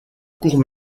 courts